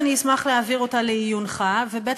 אני אשמח להעביר אותה לעיונך, וב.